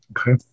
Okay